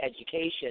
education